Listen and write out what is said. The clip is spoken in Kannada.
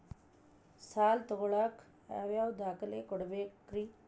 ಸಾಲ ತೊಗೋಳಾಕ್ ಯಾವ ಯಾವ ದಾಖಲೆ ಕೊಡಬೇಕ್ರಿ?